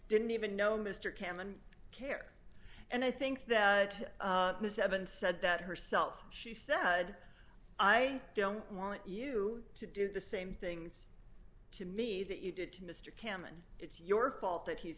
didn't even know mr cammon care and i think that miss evans said that herself she said i don't want you to do the same things to me that you did to mr cammon it's your fault that he's